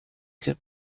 could